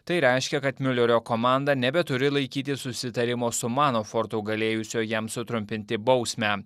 tai reiškia kad miulerio komanda nebeturi laikytis susitarimo su manafortu galėjusio jam sutrumpinti bausmę